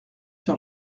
sur